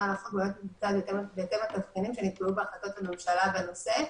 לחוק --- בהתאם לתבחינים שנקבעו בהחלטות הממשלה בנושא,